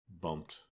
bumped